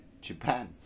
Japan